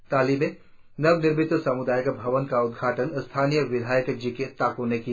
ताली में नवनिर्मित सामुदायिक भवन का उदघाटन स्थानीय विधायक जिक्के ताको ने किया